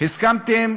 הסכמתם